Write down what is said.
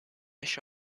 wäsche